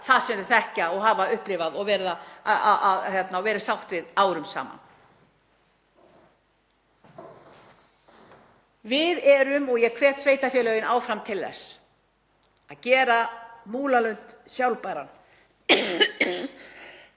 það sem þau þekkja og hafa upplifað og verið sátt við árum saman. Ég hvet sveitarfélögin áfram til þess að gera Múlalund sjálfbæran.